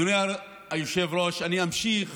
אדוני היושב-ראש, אני אמשיך